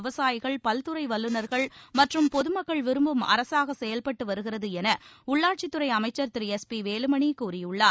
விவசாயிகள் பல்துறை வல்லுநர்கள் மற்றும் பொது மக்கள் விரும்பும் அரசாக செயல்பட்டு வருகிறது என உள்ளாட்சித்துறை அமைச்சர் திரு எஸ் பி வேலுமணி கூறியுள்ளார்